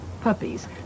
puppies